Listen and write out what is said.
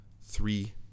three